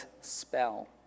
spell